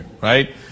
right